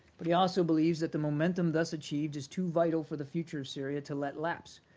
but he also believes that the momentum thus achieved is too vital for the future of syria to let lapse,